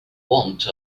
want